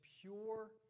pure